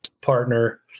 partner